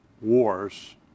wars